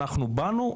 אנחנו באנו,